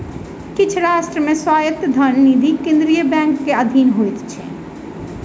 किछ राष्ट्र मे स्वायत्त धन निधि केंद्रीय बैंक के अधीन होइत अछि